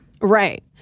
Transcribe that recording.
Right